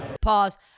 Pause